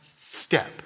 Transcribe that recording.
step